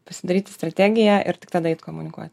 pasidaryti strategiją ir tik tada eit komunikuot